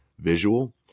visual